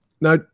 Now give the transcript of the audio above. Now